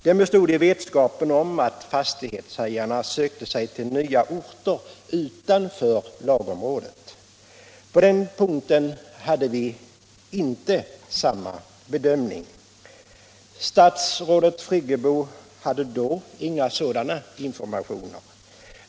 Den bestod i vetskapen om att fastighetshajarna sökte sig till nya orter utanför lagområdet. På den punkten hade vi inte samma bedömning. Statsrådet Friggebo hade då inga sådana informationer.